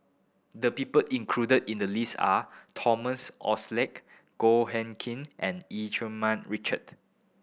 the people included in the list are Thomas Oxley Goh Hood Keng and Eu Keng Man Richard